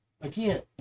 again